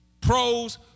pros